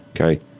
Okay